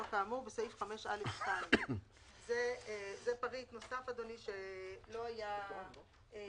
כאמור בסעיף 5(א)(2)" -- זה פריט נוסף שלא היה בנוסח